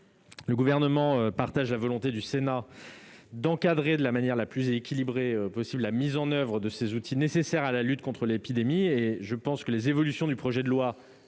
Le Gouvernement partage la volonté du Sénat d'encadrer de la manière la plus équilibrée possible la mise en oeuvre de ces outils nécessaires à la lutte contre l'épidémie ; les évolutions du projet de loi